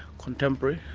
contemporary,